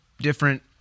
different